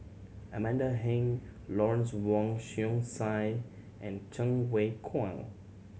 Amanda Heng Lawrence Wong Shyun Tsai and Cheng Wai Keung